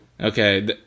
Okay